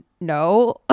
no